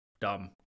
dumb